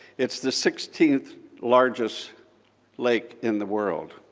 it's the sixteenth largest lake in the world.